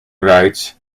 rights